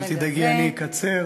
אל תדאגי, אני אקצר.